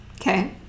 Okay